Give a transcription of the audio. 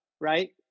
right